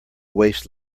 waste